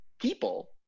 people